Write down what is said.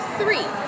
three